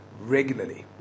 Regularly